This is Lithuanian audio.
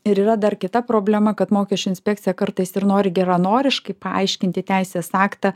ir yra dar kita problema kad mokesčių inspekcija kartais ir nori geranoriškai paaiškinti teisės aktą